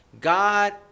God